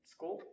School